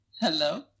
Hello